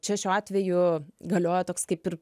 čia šiuo atveju galioja toks kaip ir